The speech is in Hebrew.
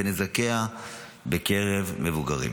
ובשיעורי נזקיה בקרב מבוגרים.